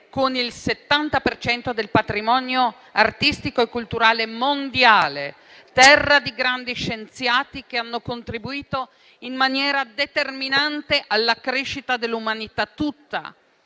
cento del patrimonio artistico e culturale mondiale, terra di grandi scienziati che hanno contribuito in maniera determinante alla crescita dell'umanità tutta